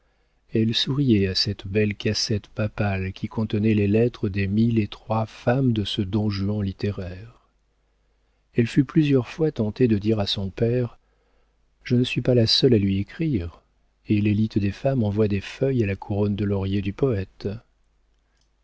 elle souriait à cette belle cassette papale qui contenait les lettres des mille et trois femmes de ce don juan littéraire elle fut plusieurs fois tentée de dire à son père je ne suis pas la seule à lui écrire et l'élite des femmes envoie des feuilles à la couronne de laurier du poëte